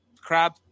crab